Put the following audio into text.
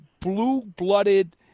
blue-blooded